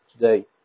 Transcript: today